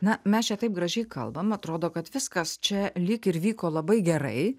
na mes čia taip gražiai kalbam atrodo kad viskas čia lyg ir vyko labai gerai